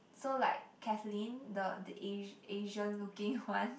so like Kathleen the the Asia~ Asian looking one